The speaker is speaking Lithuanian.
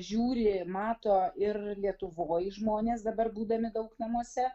žiūri mato ir lietuvoj žmonės dabar būdami daug namuose